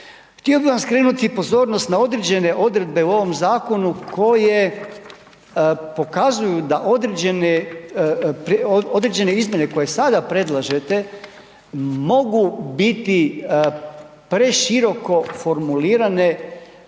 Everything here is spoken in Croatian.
Htio bi vam skrenuti pozornost na određene odredbe u ovom zakonu koje pokazuju da određene, određene izmjene koje sada predlažete mogu biti preširoko formulirane,